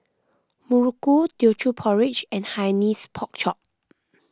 Muruku Teochew Porridge and Hainanese Pork Chop